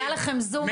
היה לכם זום,